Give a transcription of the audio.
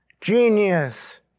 genius